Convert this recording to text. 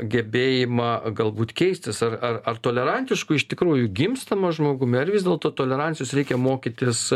gebėjimą galbūt keistis ar ar ar tolerantišku iš tikrųjų gimstama žmogumi ar vis dėlto tolerancijos reikia mokytis